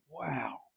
wow